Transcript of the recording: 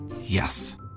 Yes